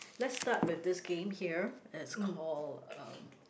let's start with this game here it's called um